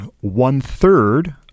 one-third